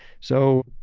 so,